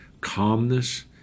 calmness